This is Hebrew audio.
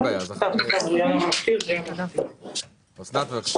אחרי אסנת.